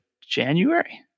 January